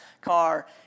car